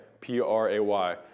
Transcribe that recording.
p-r-a-y